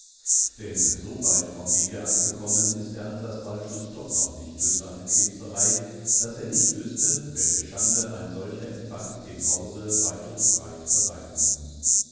denn so weit vom wege abgekommen ist der ansas balczus doch noch nicht durch seine kebserei daß er nicht wüßte welche schande ein solcher empfang dem hause weit und breit bereiten muß